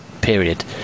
period